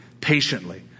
patiently